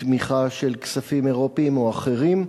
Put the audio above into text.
בתמיכה של כספים אירופיים או אחרים,